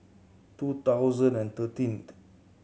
two thousand and thirteenth